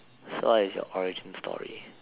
so what is your origin story